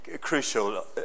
crucial